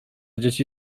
dzieci